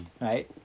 Right